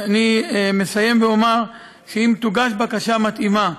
אני אסיים ואומר שאם תוגש בקשה מתאימה